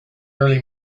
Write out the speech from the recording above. early